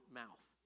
mouth